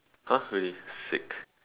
!huh! really sick